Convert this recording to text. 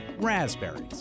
raspberries